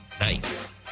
Nice